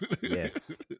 Yes